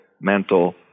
mental